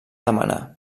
demanar